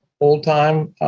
old-time